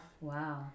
wow